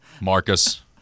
Marcus